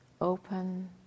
open